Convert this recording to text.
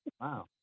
Wow